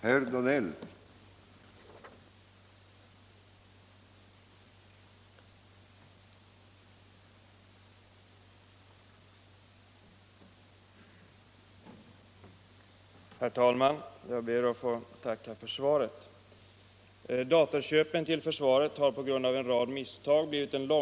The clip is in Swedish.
statsverkets datorköp